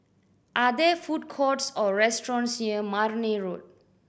are there food courts or restaurants near Marne Road